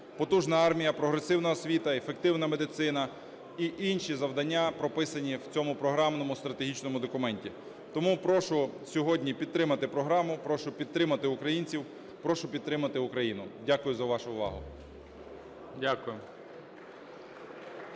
потужна армія, прогресивна освіта, ефективна медицина і інші завдання, прописані у цьому програмному стратегічному документі. Тому прошу сьогодні підтримати програму, прошу підтримати українців, прошу підтримати Україну. Дякую за вашу увагу.